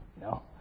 No